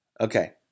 Okay